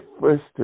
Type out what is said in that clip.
first